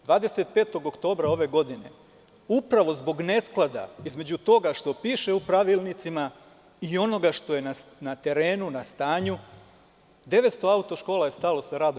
Dana 25. oktobra ove godine, upravo zbog nesklada između toga što piše u pravilnicima i onoga što je na terenu, na stanju 900 auto škola je stalo sa radom.